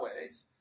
ways